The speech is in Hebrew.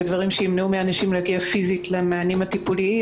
דברים שימנעו מאנשים להגיע פיזית למענים הטיפוליים,